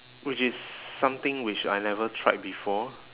which is something which I never tried before